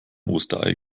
osterei